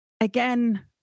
again